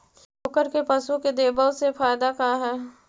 चोकर के पशु के देबौ से फायदा का है?